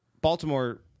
Baltimore